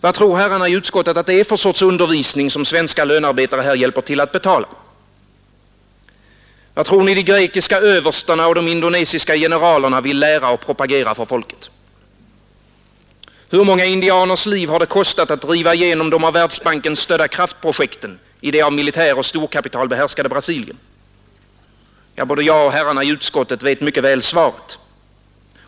Vad tror herrarna i utskottet att det är för sorts undervisning som svenska lönarbetare här hjälper till att betala? Vad tror ni de grekiska överstarna och de indonesiska generalerna vill lära och propagera för folket? Hur många indianers liv har det kostat att driva igenom de av Världsbanken stödda kraftprojekten i det av militären och storkapitalet behärskade Brasilien? Både jag och herrarna i utskottet vet mycket väl svaret.